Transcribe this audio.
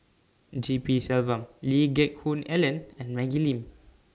G P Selvam Lee Geck Hoon Ellen and Maggie Lim